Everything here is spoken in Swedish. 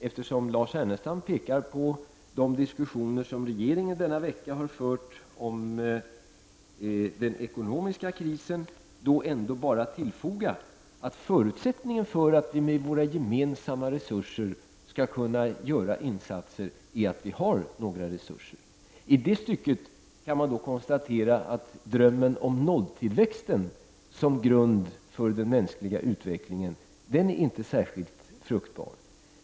Eftersom Lars Ernestam talar om de diskussioner som regeringen har fört nu i veckan om den ekonomiska krisen vill jag bara tillfoga att en förutsättning för att vi med våra gemensamma resurser skall kunna göra insatser är att det verkligen finns resurser. I det stycket kan man konstatera att drömmen om en nolltillväxt som grunden för den mänskliga utvecklingen inte är särskilt fruktbar.